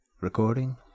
Recording